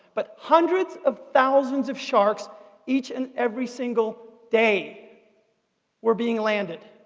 but hundreds of thousands of sharks each and every single day were being landed.